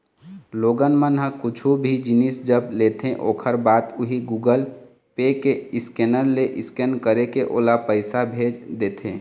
लोगन मन ह कुछु भी जिनिस जब लेथे ओखर बाद उही गुगल पे के स्केनर ले स्केन करके ओला पइसा भेज देथे